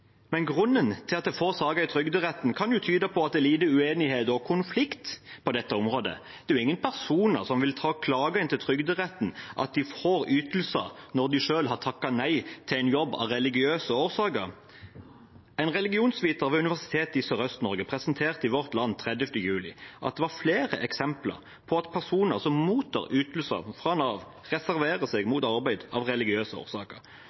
Grunnen til at det er få saker i Trygderetten, kan jo være at det er lite uenighet og konflikt på dette området. Det er jo ingen personer som vil klage til Trygderetten om at de får ytelser når de selv har takket nei til en jobb av religiøse årsaker. En religionsviter ved Universitetet i Sørøst-Norge presenterte i Vårt Land 30. juli flere eksempler på at personer som mottar ytelser fra Nav, reserverer seg mot arbeid av religiøse årsaker,